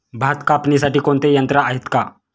भात कापणीसाठी कोणते यंत्र आहेत का?